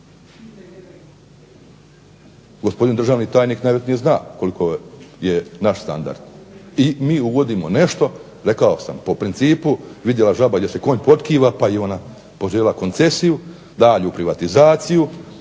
Gospodin državni tajnik najvjerojatnije zna koliko je naš standard. I mi uvodimo nešto, rekao sam, po principu vidjela žaba gdje se konj potkiva pa i ona poželjela koncesiju, daljnju privatizaciju,